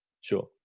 Sure